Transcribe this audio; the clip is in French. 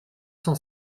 cent